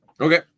Okay